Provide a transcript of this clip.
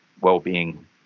well-being